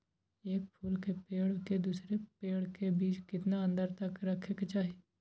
एक फुल के पेड़ के दूसरे पेड़ के बीज केतना अंतर रखके चाहि?